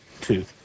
two